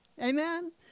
Amen